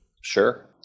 Sure